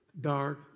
dark